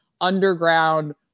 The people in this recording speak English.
underground